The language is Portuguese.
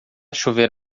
chover